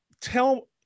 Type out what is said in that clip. tell